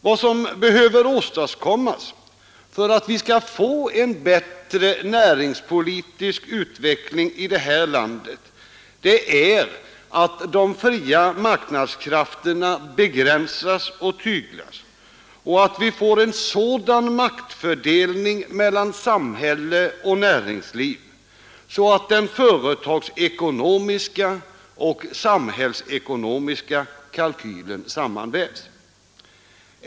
Vad som behöver åstadkommas för att vi skall få en bättre näringspolitisk utveckling i det här landet är att de fria marknadskrafterna begränsas och tyglas och att vi får en sådan maktfördelning mellan samhälle och näringsliv, att den företagsekonomiska och den samhällsekonomiska kalkylen sammanvävs.